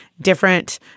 different